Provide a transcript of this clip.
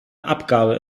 abgabe